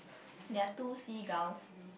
there are two seagulls